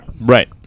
right